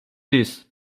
this